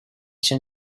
için